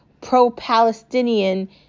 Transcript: pro-Palestinian